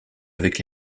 avec